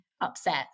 upset